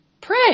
pray